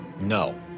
no